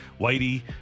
Whitey